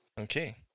Okay